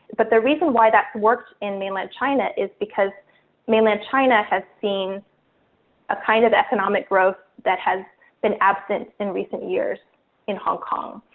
but the reason why that works in mainland china is because mainland china has seen a kind of economic growth that has been absent in recent years in hong kong.